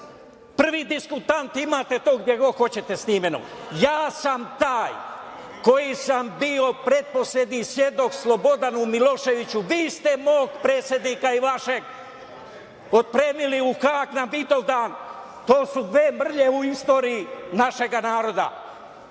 prvi diskutant, imate to gde god hoćete snimljeno, ja sam taj koji sam bio pretposlednji svedok Slobodanu Miloševiću. Vi ste mog predsednika i vašeg otpremili u Hag na Vidovdan. To su dve mrlje u istoriji našega naroda.